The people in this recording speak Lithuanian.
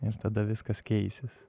ir tada viskas keisis